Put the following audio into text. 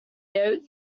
that